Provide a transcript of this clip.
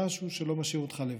משהו שלא משאיר אותך לבד.